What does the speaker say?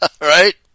Right